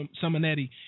Simonetti